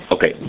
Okay